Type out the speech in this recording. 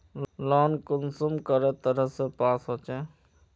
Loan कुंसम करे तरह से पास होचए?